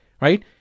right